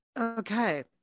Okay